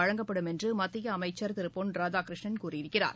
வழங்கப்படும் என்று மத்திய அமைச்சர் திரு பொன் ராதாகிருஷ்ணன் கூறியிருக்கிறார்